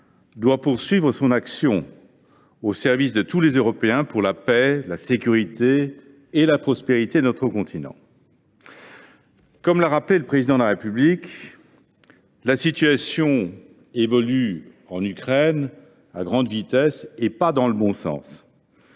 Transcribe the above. doit poursuivre son action au service de tous les Européens pour la paix, la sécurité et la prospérité de notre continent. Comme l’a rappelé le Président de la République, la situation évolue en Ukraine à grande vitesse et pas dans le bon sens.